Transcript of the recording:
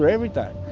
but everything.